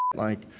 like,